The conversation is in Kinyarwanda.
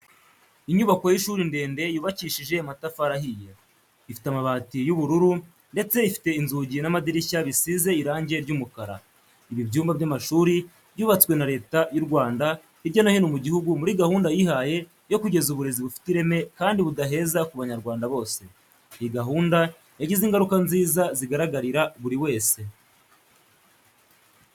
Inyubako y'ishuri ndende yubakishije amatafari ahiye, ifite amabati y'ubururu ndetse ifite inzugi n'amadirishya bisize irange ry'umukara. Ibi byumba by'amashuri byubakwa na Leta y'u Rwanda hirya no hino mu gihugu muri gahunda yihaye yo kugeza uburezi bufite ireme kandi budaheza ku banyarwanda bose. Iyi gahunda yagize ingaruka nziza zigaragarira buri wese.